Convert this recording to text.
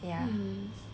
ya